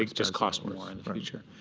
like just cost more in the future.